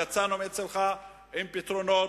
יצאנו מאצלך עם פתרונות,